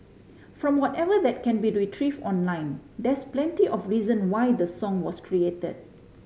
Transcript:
from whatever that can be retrieve online there's plenty of reason why the song was created